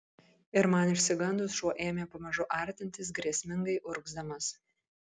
ir man išsigandus šuo ėmė pamažu artintis grėsmingai urgzdamas